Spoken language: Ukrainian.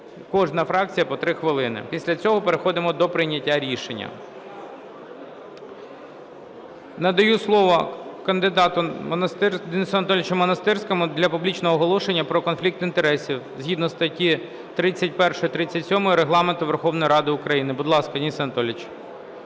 кожна фракція – по 3 хвилини. Після цього переходимо до прийняття рішення. Надаю слово кандидату Денису Анатолійовичу Монастирському для публічного оголошення про конфлікт інтересів згідно статті 31, 37 Регламенту Верховної Ради України. Будь ласка, Денисе Анатолійовичу.